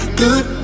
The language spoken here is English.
good